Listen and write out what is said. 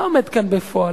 מה עומד כאן בפועל?